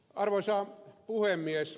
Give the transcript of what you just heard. arvoisa puhemies